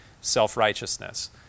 self-righteousness